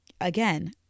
again